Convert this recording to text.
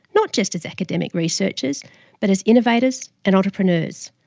not just as academic researchers but as innovators and entrepreneurs.